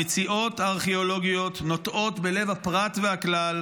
המציאות הארכיאולוגיות נוטעות בלב הפרט והכלל